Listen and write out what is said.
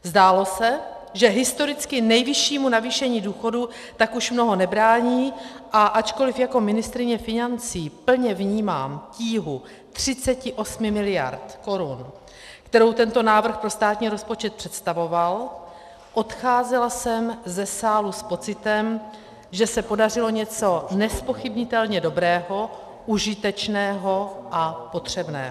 Zdálo se, že historicky nejvyššímu navýšení důchodů tak už mnoho nebrání, a ačkoliv jako ministryně financí plně vnímám tíhu 38 mld. korun, kterou tento návrh pro státní rozpočet představoval, odcházela jsem ze sálu s pocitem, že se podařilo něco nezpochybnitelně dobrého, užitečného a potřebného.